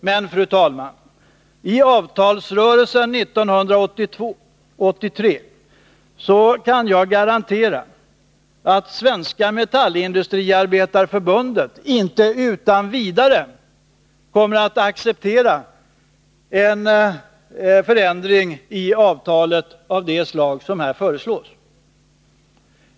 Men, fru talman, i avtalsrörelsen 1982/83 kan jag garantera att Svenska metallindustriarbetareförbundet inte utan vidare kommer att acceptera en förändring i avtalet av det slag som här föreslås.